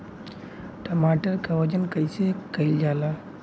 टमाटर क वजन कईसे कईल जाला?